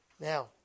now